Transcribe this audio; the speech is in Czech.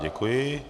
Děkuji.